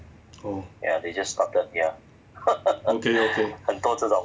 oh okay okay